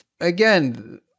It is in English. Again